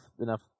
enough